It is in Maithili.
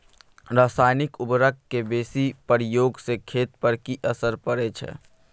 रसायनिक उर्वरक के बेसी प्रयोग से खेत पर की असर परै छै?